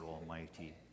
Almighty